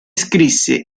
scrisse